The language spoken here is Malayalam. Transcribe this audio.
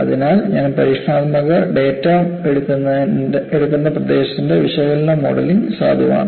അതിനാൽ ഞാൻ പരീക്ഷണാത്മക ഡാറ്റ എടുക്കുന്ന പ്രദേശത്തിന്റെ വിശകലന മോഡലിംഗ് സാധുവാണ്